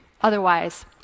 otherwise